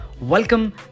Welcome